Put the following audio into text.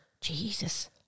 Jesus